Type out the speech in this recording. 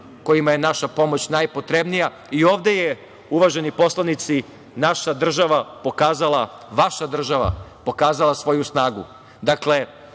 kojima je naša pomoć najpotrebnija, i ovde je uvaženi poslanici naša država pokazala, vaša država, pokazala svoju snagu. Dakle,